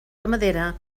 ramadera